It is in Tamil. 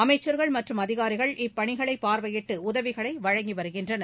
அமைச்சர்கள் மற்றும் அதிகாரிகள் இப்பணிகளை பார்வையிட்டு உதவிகளை வழங்கி வருகின்றனர்